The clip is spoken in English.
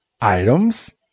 items